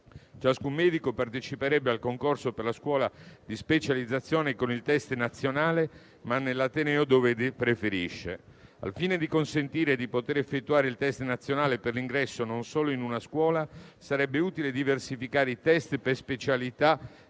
Ciascun medico parteciperebbe al concorso per la scuola di specializzazione con il test nazionale, ma nell'ateneo che preferisce. Al fine di consentire di effettuare il test nazionale per l'ingresso non solo in una scuola, sarebbe utile diversificare i test per specialità